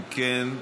אם כן,